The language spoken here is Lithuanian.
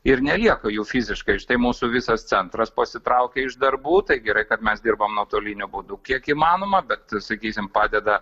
ir nelieka jų fiziškai štai mūsų visas centras pasitraukia iš darbų tai gerai kad mes dirbam nuotoliniu būdu kiek įmanoma bet sakysim padeda